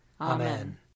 Amen